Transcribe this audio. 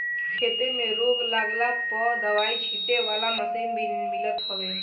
खेते में रोग लागला पअ दवाई छीटे वाला मशीन भी मिलत हवे